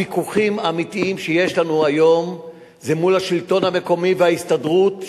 הוויכוחים האמיתיים שיש לנו היום הם מול השלטון המקומי וההסתדרות,